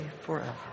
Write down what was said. forever